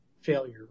failure